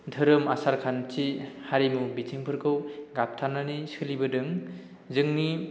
धोरोम आसार खान्थि हारिमु बिथिंफोरखौ गाबथानानै सोलिबोदों जोंनि